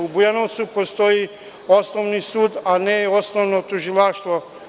U Bujanovcu postoji Osnovni sud, a ne osnovno tužilaštvo.